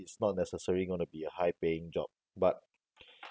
it's not necessary going to be a high paying job but